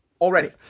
already